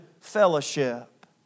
fellowship